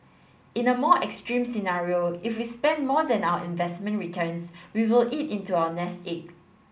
in a more extreme scenario if we spent more than our investment returns we will eat into our nest egg